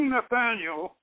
Nathaniel